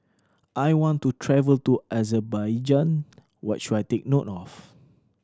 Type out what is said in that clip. I want to travel to Azerbaijan what should I take note of